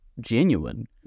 genuine